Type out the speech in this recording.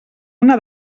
una